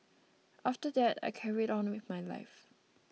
after that I carried on with my life